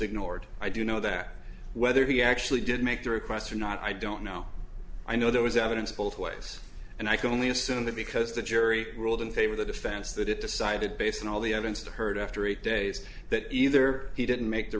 ignored i do know that whether he actually did make the request or not i don't know i know there was evidence both ways and i can only assume that because the jury ruled in favor of the defense that it decided based on all the evidence and heard after eight days that either he didn't make the